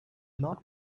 not